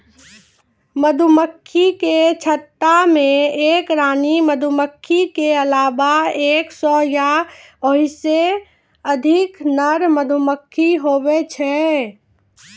मधुमक्खी के छत्ता मे एक रानी मधुमक्खी के अलावा एक सै या ओहिसे अधिक नर मधुमक्खी हुवै छै